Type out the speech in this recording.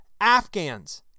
Afghans